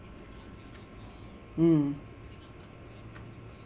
mm